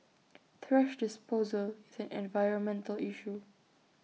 thrash disposal is an environmental issue